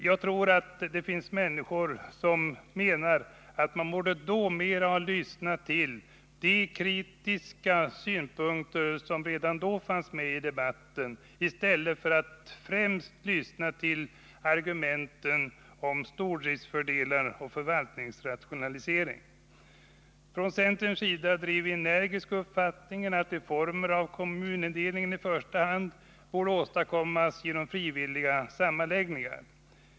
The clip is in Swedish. Jag tror att många menar att man mer borde ha lyssnat till de kritiska synpunkter som redan då framkom i debatten i stället för att främst lyssna till de argument som talar för stordriftens fördelar och för förvaltningsrationalisering. Från centerns sida drev vi energiskt uppfattningen att reformer av kommunindelningen i första hand borde åstadkommas genom frivilliga sammanläggningar.